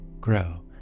grow